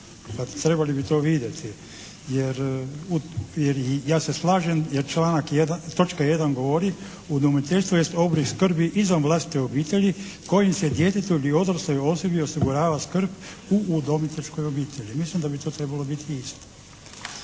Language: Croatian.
trebali bi to vidjeti jer ja se slažem, jer točka 1. govori: "Udomiteljstvo jest oblik skrbi izvan vlastite obitelji kojim se djetetu ili odrasloj osobi osigurava skrb u udomiteljskoj obitelji.". Mislim da bi to trebalo biti isto.